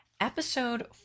episode